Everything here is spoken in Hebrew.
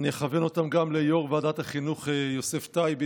אני אכוון אותם גם ליו"ר ועדת החינוך יוסף טייב,